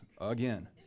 again